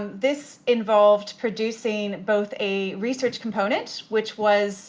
um this involved producing both a research component which was